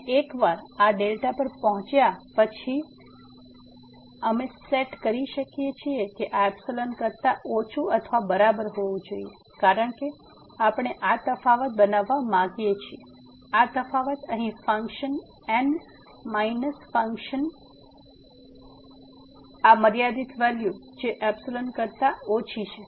અને એકવાર આ δ પર પહોંચ્યા પછી અમે સેટ કરી શકીએ કે આ કરતા ઓછુ અથવા બરાબર હોવું જોઈએ કારણ કે આપણે આ તફાવત બનાવવા માંગીએ છીએ આ તફાવત અહીં ફંક્શન N માઈનસ આ મર્યાદિત વેલ્યુ જે કરતા ઓછા છે